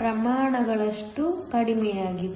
ಪ್ರಮಾಣಗಳಗಳಷ್ಟು ಕಡಿಮೆಯಾಗಿದೆ